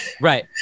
right